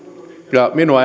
ja ainakaan minua